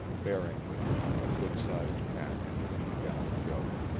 bearing with him a good-sized pack and a two-gallon jug.